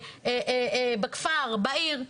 בכפר, בעיר.